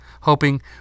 hoping